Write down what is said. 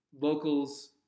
locals